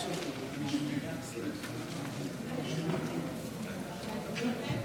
אדוני היושב-ראש, כל הדיבורים,